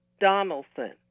Donaldson